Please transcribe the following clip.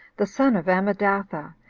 the son of ammedatha,